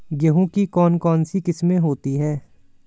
गेहूँ की कौन कौनसी किस्में होती है?